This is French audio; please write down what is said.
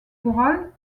corral